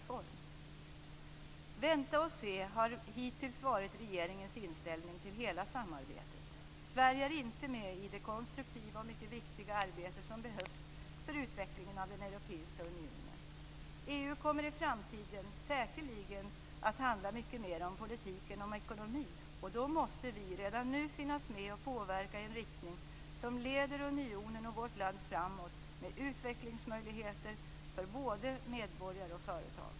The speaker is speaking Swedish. Att man skall vänta och se har hittills varit regeringens inställning till hela samarbetet. Sverige är inte med i det konstruktiva och mycket viktiga arbete som behövs för utvecklingen av den europeiska unionen. EU kommer i framtiden säkerligen att handla mycket mera om politik än om ekonomi, och då måste vi redan nu finnas med och påverka i en riktning som leder unionen och vårt land framåt med utvecklingsmöjligheter för både medborgare och företag.